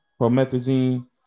promethazine